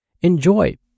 Enjoy